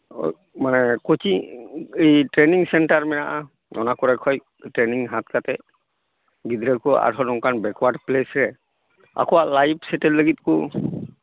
ᱢᱟᱱᱮ coaching training center ᱢᱮᱱᱟᱜᱼᱟ ᱚᱱᱟ ᱠᱚᱨᱮ ᱠᱷᱚᱡ ᱴᱨᱮᱱᱤᱝ ᱦᱟᱛ ᱠᱟᱛᱮ ᱜᱤᱫᱽᱨᱟᱹ ᱠᱚ ᱟᱨᱦᱚᱸ ᱱᱚᱝᱠᱟᱱ ᱵᱮᱠᱚᱣᱟᱨᱰ ᱯᱞᱮᱥ ᱨᱮ ᱟᱠᱚᱣᱟᱜ ᱞᱟᱭᱤᱯ ᱥᱮᱴᱮᱞ ᱞᱟᱹᱜᱤᱫ ᱠᱚ